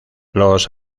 los